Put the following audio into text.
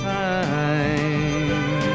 time